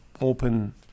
open